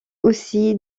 aussi